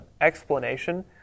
explanation